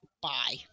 bye